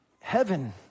heaven